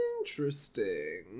Interesting